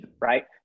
Right